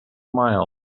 miles